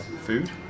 food